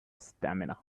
stamina